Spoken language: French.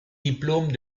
diplômes